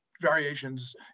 variations